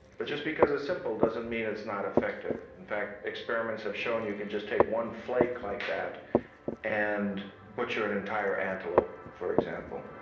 but just because it's simple doesn't mean it's not effective. in fact, experiments have shown, you can just take one flake like that and butcher an entire antelope, for example.